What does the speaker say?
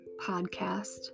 podcast